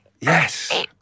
Yes